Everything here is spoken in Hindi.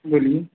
बोलिए